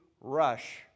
rush